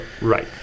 Right